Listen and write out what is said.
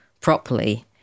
properly